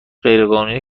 غیرقانونی